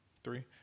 Three